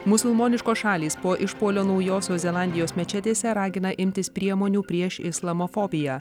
musulmoniškos šalys po išpuolio naujosios zelandijos mečetėse ragina imtis priemonių prieš islamofobiją